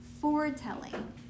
foretelling